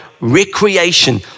recreation